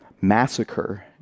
massacre